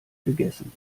gegessen